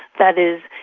that is,